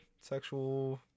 Sexual